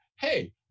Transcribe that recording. hey